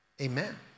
Amen